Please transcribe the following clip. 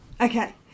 Okay